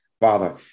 Father